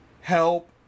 help